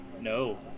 No